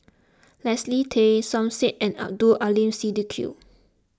Leslie Tay Som Said and Abdul Aleem Siddique